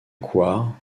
coire